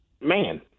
man